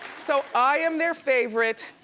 so, i am their favorite,